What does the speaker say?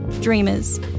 dreamers